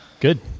Good